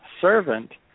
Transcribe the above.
servant